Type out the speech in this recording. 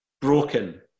broken